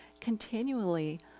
continually